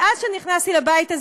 מאז שנכנסתי לבית,